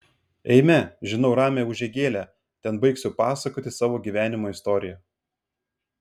eime žinau ramią užeigėlę ten baigsiu pasakoti savo gyvenimo istoriją